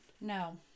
No